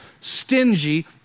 stingy